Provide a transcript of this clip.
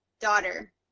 daughter